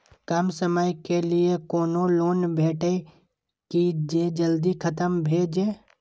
कम समय के लीये कोनो लोन भेटतै की जे जल्दी खत्म भे जे?